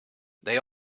they